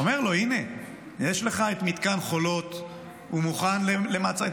הינה, יש לך את מתקן חולות, הוא מוכן למעצרים.